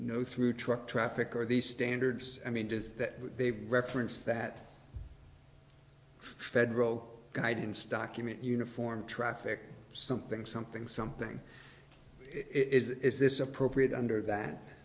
no through truck traffic are the standards i mean does that they reference that federal guidance document uniform traffic something something something is is this appropriate under that